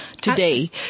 today